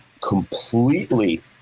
completely